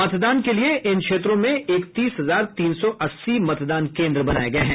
मतदान के लिये इन क्षेत्रों में इकतीस हजार तीन सौ अस्सी मतदान केन्द्र बनाये गये हैं